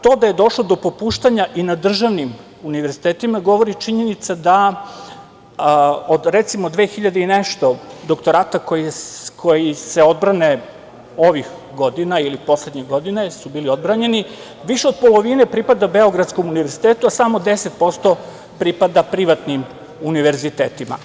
To da je došlo i do popuštanja i na državnim univerzitetima govori činjenica da od, recimo, 2000 i nešto doktorata koji se odbrane ili su ovih godina ili poslednjih godina bili odbranjeni, više od polovini pripada Beogradskom univerzitetu, a samo 10% pripada privatnim univerzitetima.